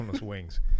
wings